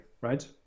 Right